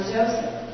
Joseph